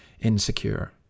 insecure